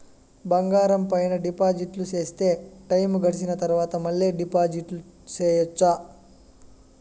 బంగారం పైన డిపాజిట్లు సేస్తే, టైము గడిసిన తరవాత, మళ్ళీ డిపాజిట్లు సెయొచ్చా?